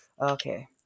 Okay